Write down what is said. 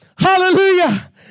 Hallelujah